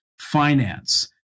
finance